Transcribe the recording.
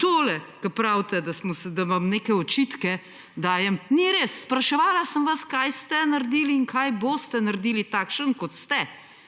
Tole, ko pravite, da vam neke očitke dajem – ni res! Spraševala sem vas, kaj ste naredili in kaj boste naredili, takšni, kot ste,